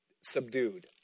subdued